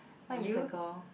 what if it's a girl